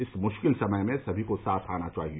इस मुश्किल समय में सभी को साथ आना चाहिए